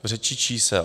V řeči čísel.